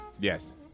Yes